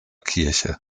kirche